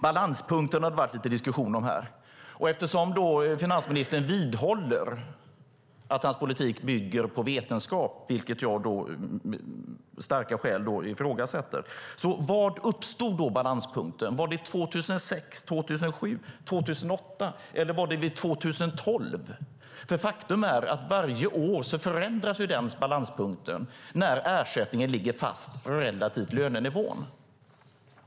Balanspunkten har det varit lite diskussion om här. Eftersom finansministern vidhåller att hans politik bygger på vetenskap, vilket jag av starka skäl ifrågasätter, undrar jag: Var uppstod balanspunkten? Var det 2006, 2007 eller 2008? Eller var det 2012? Faktum är nämligen att balanspunkten förändras för varje år, när ersättningen ligger fast relativt lönenivån.